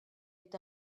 est